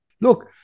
Look